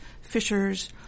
fishers